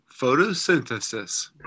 photosynthesis